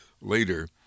later